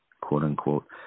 quote-unquote